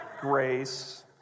grace